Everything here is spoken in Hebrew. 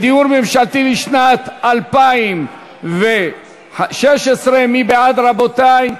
דיור ממשלתי, לשנת 2016. מי בעד, רבותי?